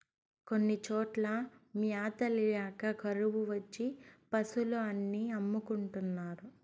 కొన్ని చోట్ల మ్యాత ల్యాక కరువు వచ్చి పశులు అన్ని అమ్ముకుంటున్నారు